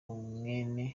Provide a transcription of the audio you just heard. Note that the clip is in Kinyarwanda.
mwene